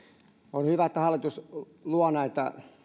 on hyvä että hallitus luo näitä